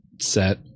set